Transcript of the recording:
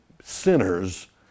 sinners